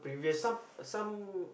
some some